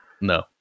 No